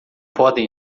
podem